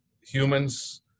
humans